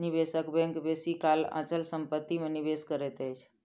निवेशक बैंक बेसी काल अचल संपत्ति में निवेश करैत अछि